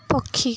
ପକ୍ଷୀ